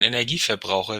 energieverbraucher